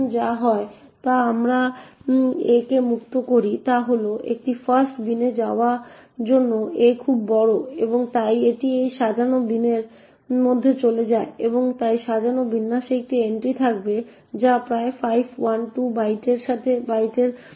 এখন যা হয় যখন আমরা aকে মুক্ত করি তা হল একটি ফাস্ট বিনে যাওয়ার জন্য a খুব বড় এবং তাই এটি এই সাজানো বিনের মধ্যে চলে যায় এবং তাই সাজানো বিন্যাসে একটি এন্ট্রি থাকবে যা প্রায় 512 বাইটের অংশের সাথে মিলে যায়